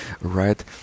right